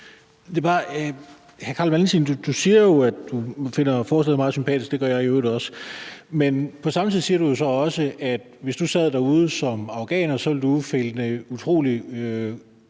siger jo, at du finder forslaget meget sympatisk, og det gør jeg i øvrigt også, men samtidig siger du også, at hvis du sad derude som afghaner, så ville du finde det utrolig